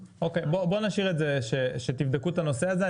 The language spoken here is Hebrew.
אוקיי, בוא נשאיר את זה שתבדקו את הנושא הזה.